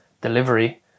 delivery